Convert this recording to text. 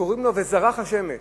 שקוראים לו, התרגום שלו: "וזרח השמש".